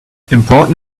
important